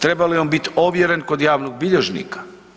Treba li on biti ovjeren kod javnog bilježnika?